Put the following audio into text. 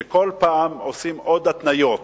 שכל פעם עושים עוד התניות.